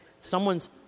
someone's